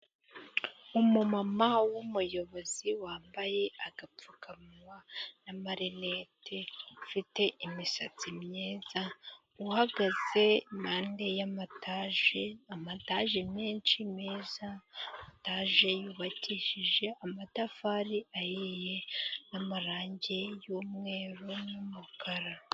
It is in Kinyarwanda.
Umumama w'umuyobozi wambaye agapfukanwa n'amarinete, ufite imisatsi myiza, uhagaze iruhande rw'amataje, amataje menshi meza, amataje yubakishije amatafari ahiye n'amarangi y'umweru n'umukara.